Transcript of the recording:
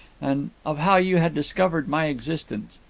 and of how you had discovered my existence.